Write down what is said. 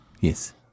Yes